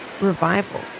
revival